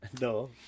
No